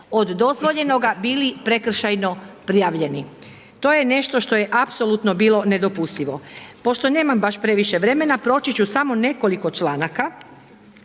od dozvoljenoga bili prekršajno prijavljeni, to je nešto što je apsolutno bilo nedopustivo. Pošto nemam baš previše vremena, proći ću samo nekoliko članaka,